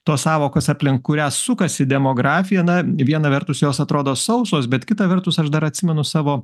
tos sąvokos aplink kurią sukasi demografija na viena vertus jos atrodo sausos bet kita vertus aš dar atsimenu savo